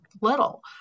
little